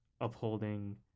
upholding